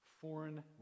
Foreign